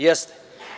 Jeste.